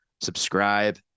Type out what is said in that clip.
Subscribe